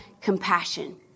compassion